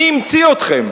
מי המציא אתכם?